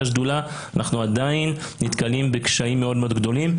שדולה אנחנו עדיין נתקלים בקשיים מאוד מאוד גדולים.